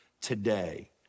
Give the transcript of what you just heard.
today